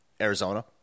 Arizona